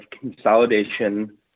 consolidation